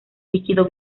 líquido